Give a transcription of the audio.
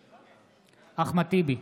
בעד אחמד טיבי,